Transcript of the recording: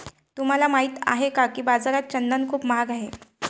तुम्हाला माहित आहे का की बाजारात चंदन खूप महाग आहे?